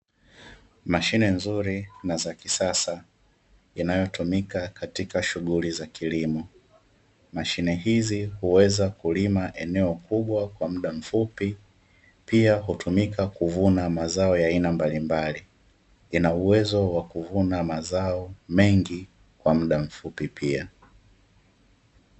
Mashine nzuri na za kisasa inayotumika katika shughuli za kilimo, mashine hizi huweza kulima eneo kubwa kwa muda mfupi. Pia hutumika kuvuna mazao ya aina mbalimbali, ina uwezo wa kuvuna mazao mengi kwa muda mfupi pia.